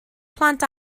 plant